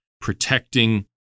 protecting